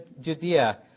Judea